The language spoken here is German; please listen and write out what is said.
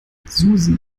susi